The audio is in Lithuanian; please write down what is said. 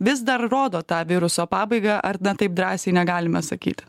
vis dar rodo tą viruso pabaigą ar taip drąsiai negalime sakyti